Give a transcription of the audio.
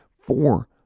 four